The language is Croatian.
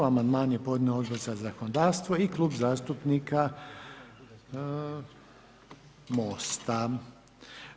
Amandman je podnio Odbor za zakonodavstvo i Klub zastupnika MOST-a.